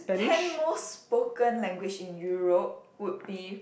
ten most spoken language in Europe would be